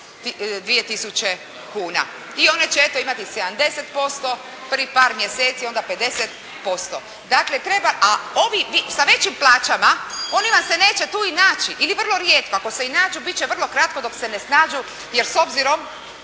kuna i one će eto imati 70% prvih par mjeseci, onda 50%. Dakle treba, a ovi sa većim plaćama, oni vam se neće tu i naći ili vrlo rijetko, ako se i nađu biti će vrlo kratko dok se ne snađu jer s obzirom,